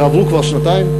ועברו כבר שנתיים,